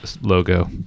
logo